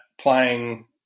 playing